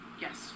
Yes